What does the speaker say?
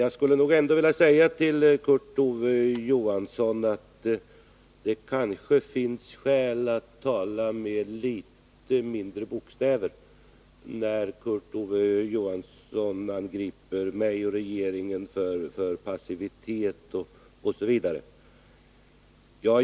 Jag skulle ändå vilja säga till Kurt Ove Johansson att det kanske finns skäl för honom att tala med litet mindre bokstäver när han angriper mig och regeringen för passivitet etc.